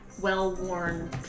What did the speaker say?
well-worn